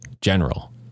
general